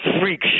freak